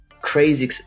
crazy